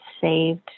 saved